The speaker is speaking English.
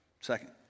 Second